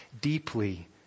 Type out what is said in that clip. deeply